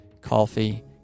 coffee